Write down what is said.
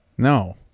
No